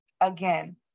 again